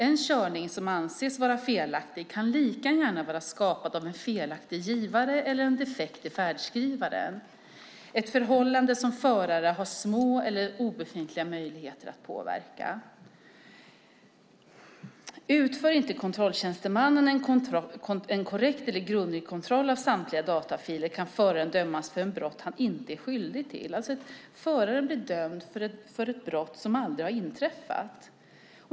En körning som anses vara felaktig kan lika gärna vara skapad av en felaktig givare eller av en defekt i färdskrivaren - ett förhållande som förare har små eller inga möjligheter att påverka. Om kontrolltjänstemannen inte utför en korrekt eller grundlig kontroll av samtliga datafiler kan föraren dömas för ett brott som han inte är skyldig till. Föraren blir alltså dömd för ett brott som aldrig har inträffat.